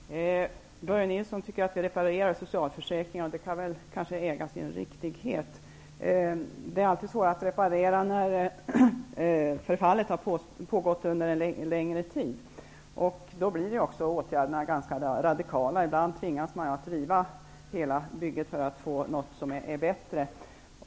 Herr talman! Börje Nilsson tycker att jag reparerar socialförsäkringarna. Det kan väl kanske äga sin riktighet. Det är alltid svårare att reparera när förfallet har pågått under en lägre tid. Då blir också åtgärderna ganska radikala. Ibland tvingas man ju att riva hela bygget för att få något som är bättre.